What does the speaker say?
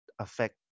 affect